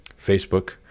Facebook